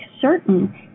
certain